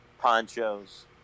ponchos